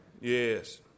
Yes